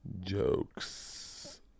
Jokes